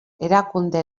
erakunde